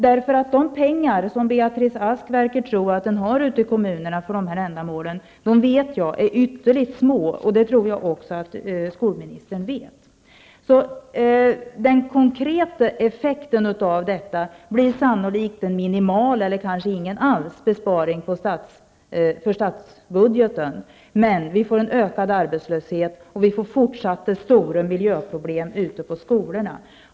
Jag vet att de pengar som Beatrice Ask förefaller tro finns ute i kommunerna är ytterligt begränsade, vilket också skolministern nog borde vara medveten om. Den konkreta effekten blir sannolikt en minimal eller ingen besparing alls för statsbudgeten, men vi får en ökad arbetslöshet och fortsatta stora miljöproblem ute på skolorna.